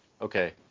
okay